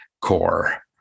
core